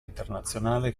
internazionale